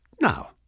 Now